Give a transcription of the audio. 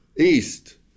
East